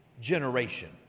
generation